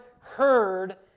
heard